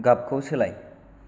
गाबखौ सोलाय